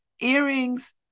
earrings